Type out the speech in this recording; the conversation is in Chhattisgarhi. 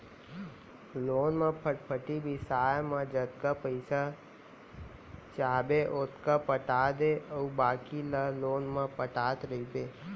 लोन म फटफटी बिसाए म जतका पइसा चाहबे ओतका पटा दे अउ बाकी ल लोन म पटात रइबे